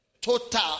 Total